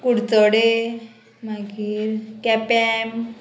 कुडचडे मागीर केप्यां